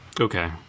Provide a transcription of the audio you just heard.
Okay